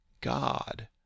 God